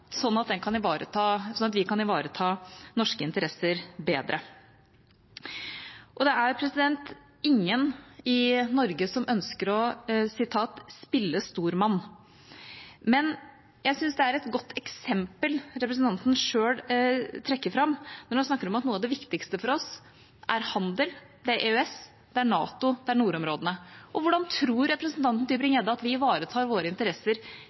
den ser ut i dag, sånn at vi kan ivareta norske interesser bedre. Det er ingen i Norge som ønsker å «spille stormann». Men jeg syns det er et godt eksempel representanten selv trekker fram, når han snakker om at noe av det viktigste for oss er handel, det er EØS, det er NATO, og det er nordområdene. Og hvordan tror representanten Tybring-Gjedde at vi ivaretar våre interesser